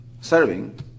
serving